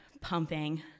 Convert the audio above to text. pumping